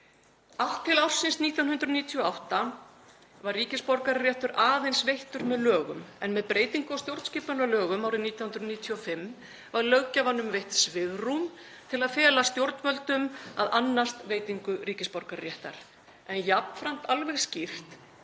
Allt til ársins 1998 var ríkisborgararéttur aðeins veittur með lögum en með breytingu á stjórnarskipunarlögum árið 1995 var löggjafanum veitt svigrúm til að fela stjórnvöldum að annast veitingu ríkisborgararéttar en jafnframt alveg skýrt